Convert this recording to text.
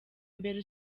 mbere